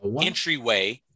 entryway